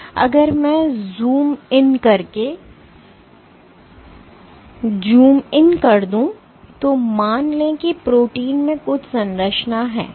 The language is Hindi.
इसलिए अगर मैं ज़ूम इन कर दूं तो मान लें कि प्रोटीन में कुछ संरचना है